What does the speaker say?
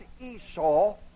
Esau